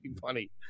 funny